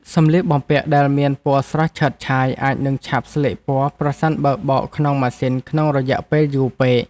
សម្លៀកបំពាក់ដែលមានពណ៌ស្រស់ឆើតឆាយអាចនឹងឆាប់ស្លេកពណ៌ប្រសិនបើបោកក្នុងម៉ាស៊ីនក្នុងរយៈពេលយូរពេក។